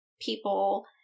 people